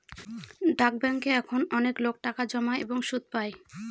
ডাক ব্যাঙ্কে এখন অনেকলোক টাকা জমায় এবং সুদ পাই